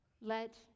Let